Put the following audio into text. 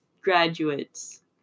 graduates